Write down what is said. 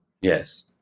Yes